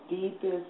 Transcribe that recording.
deepest